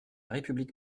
république